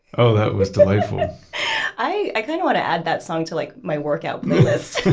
oh, that was delightful i i kind of want to add that song to like my workout